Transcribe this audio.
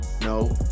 no